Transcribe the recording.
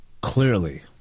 Clearly